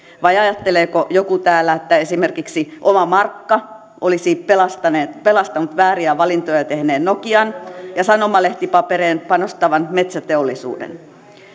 vai ajatteleeko joku täällä että esimerkiksi oma markka olisi pelastanut pelastanut vääriä valintoja tehneen nokian ja sanomalehtipaperiin panostavan metsäteollisuuden